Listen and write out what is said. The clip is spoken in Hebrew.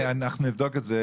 אנחנו נבדוק את זה.